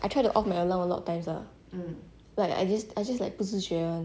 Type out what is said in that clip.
I try to off my alarm a lot times lor but I just just like 不知觉 [one]